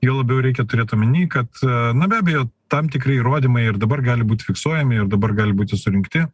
juo labiau reikia turėt omeny kad na be abejo tam tikri įrodymai ir dabar gali būti fiksuojami ir dabar gali būti surinkti